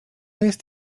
jest